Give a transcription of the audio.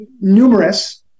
numerous